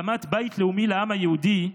הקמת בית לאומי לעם היהודי,